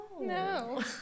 No